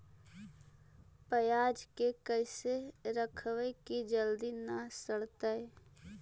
पयाज के कैसे रखबै कि जल्दी न सड़तै?